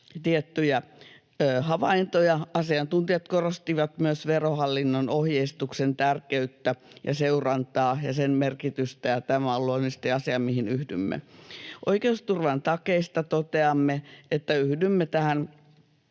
tiettyjä havaintoja. Asiantuntijat korostivat myös Verohallinnon ohjeistuksen tärkeyttä ja seurantaa ja sen merkitystä, ja tämä on luonnollisesti asia, mihin yhdymme. Oikeusturvan takeista toteamme, että pidämme tärkeänä,